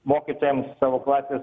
mokytojams savo klasės